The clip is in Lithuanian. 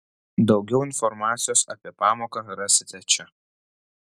daugiau informacijos apie pamoką rasite čia